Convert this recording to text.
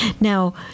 now